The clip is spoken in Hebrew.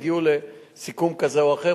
והגיעו לסיכום כזה או אחר,